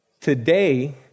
Today